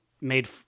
made